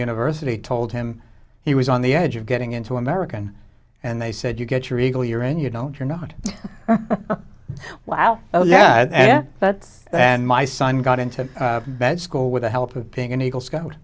university told him he was on the edge of getting into american and they said you get your eagle you're in you don't you're not wow oh yeah yeah but then my son got into bed school with the help of being an eagle scout